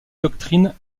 doctrine